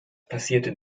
passierte